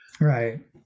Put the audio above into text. Right